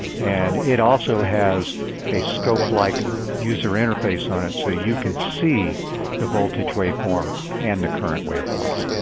and it also has a scope-like user interface on it. so you can see the voltage waveform and the current waveforms.